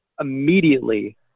immediately